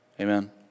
Amen